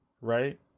right